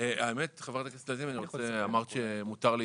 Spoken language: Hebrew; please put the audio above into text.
חברת הכנסת לזימי, אמרת שמותר להתרגש.